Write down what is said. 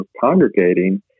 congregating